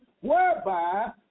whereby